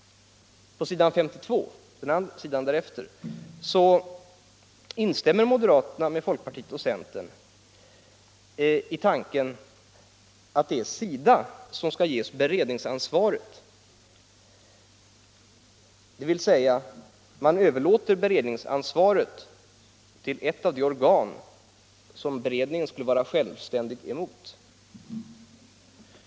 På s. 52 i betänkandet instämmer moderaterna med folkpartiet och centern i tanken på att SIDA skall ges beredningsansvaret, dvs. man överlåter beredningsansvaret till ett av de organ som beredningen skulle vara självständig mot.